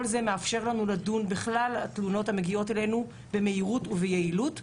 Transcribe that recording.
כל זה מאפשר לנו לדון בכלל התלונות המגיעות אלינו במהירות וביעילות.